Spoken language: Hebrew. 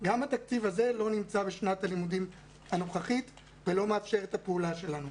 גם התקציב הזה לא נמצא בשנת הלימודים הנוכחית ולא מאפשר את הפעולה שלנו.